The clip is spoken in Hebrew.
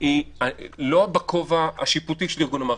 היא לא בכובע השיפוטי של ארגון המערכת,